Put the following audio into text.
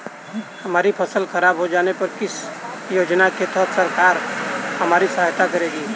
हमारी फसल खराब हो जाने पर किस योजना के तहत सरकार हमारी सहायता करेगी?